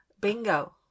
Bingo